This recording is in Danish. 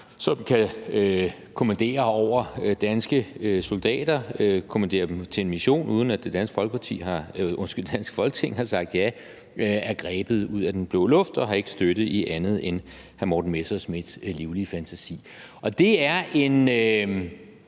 som kan kommandere over danske soldater, kommandere dem til en mission, uden at det danske Folketing har sagt ja, er grebet ud af den blå luft og har ikke støtte i andet end hr. Morten Messerschmidts livlige fantasi. Og det er en